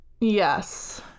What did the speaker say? Yes